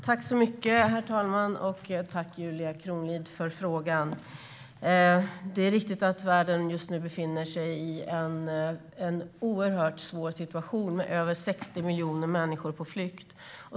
Herr talman! Tack, Julia Kronlid, för frågan! Det är riktigt att världen just nu befinner sig i en oerhört svår situation med över 60 miljoner människor på flykt.